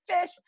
fish